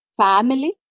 family